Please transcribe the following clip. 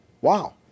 Wow